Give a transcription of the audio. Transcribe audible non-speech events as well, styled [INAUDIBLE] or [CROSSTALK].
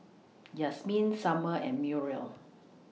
[NOISE] Yasmeen Summer and Muriel